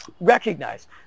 Recognize